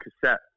cassette